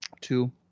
two